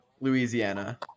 Louisiana